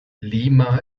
lima